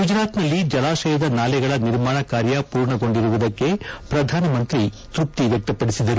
ಗುಜರಾತ್ನಲ್ಲಿ ಜಲಾಶಯದ ನಾಲೆಗಳ ನಿರ್ಮಾಣ ಕಾರ್ಯ ಪೂರ್ಣಗೊಂಡಿರುವುದಕ್ಕೆ ಪ್ರಧಾನಿ ಮೋದಿ ತೃಪ್ತಿ ವ್ಯಕ್ತಪಡಿಸಿದರು